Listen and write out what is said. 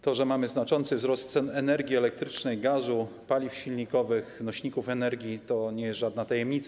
To, że mamy znaczący wzrost cen energii elektrycznej, gazu, paliw silnikowych, nośników energii, to nie jest żadna tajemnica.